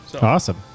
Awesome